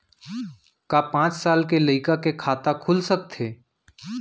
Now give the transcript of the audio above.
का पाँच साल के लइका के खाता खुल सकथे?